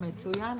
מצוין.